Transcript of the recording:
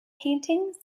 paintings